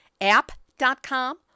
app.com